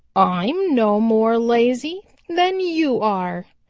i'm no more lazy than you are.